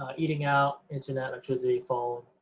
ah eating out, internet, electricity, phone,